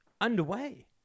underway